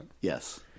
Yes